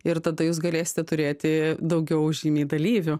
ir tada jūs galėsite turėti daugiau žymiai dalyvių